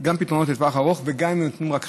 גם אם הפתרונות הם לטווח ארוך וגם אם הם נותנים רק חלק.